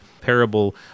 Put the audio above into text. parable